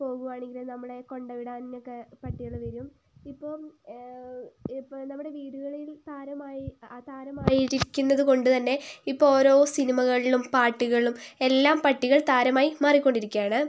പോകുവാണെങ്കിൽ നമ്മളെ കൊണ്ടുവിടാനൊക്കെ പട്ടികൾ വരും ഇപ്പം ഇപ്പോൾ നമ്മുടെ വീടുകളിൽ താരമായി താരമായിരിക്കുന്നതുകൊണ്ടുതന്നെ ഇപ്പോൾ ഓരോ സിനിമകളിലും പാട്ടുകളും എല്ലാം പട്ടികൾ താരമായി മാറികൊണ്ടിരിക്കയാണ്